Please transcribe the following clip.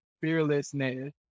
fearlessness